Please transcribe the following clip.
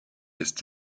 ist